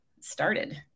started